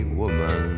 woman